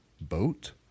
boat